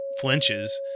flinches